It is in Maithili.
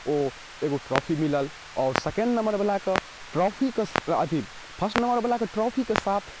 ओ एगो ट्रॉफी मिलल और सेकण्ड नम्बर बला कऽ ट्रॉफी कऽ अथी फर्स्ट नम्बर बला कऽ ट्रॉफी कऽ साथ